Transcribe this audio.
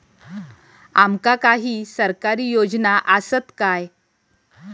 आमका काही सरकारी योजना आसत काय?